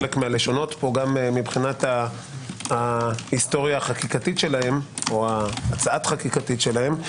חלק מהלשונות גם מבחינת ההיסטוריה החקיקתית שלהם או ההצעה החקיקתית שהם.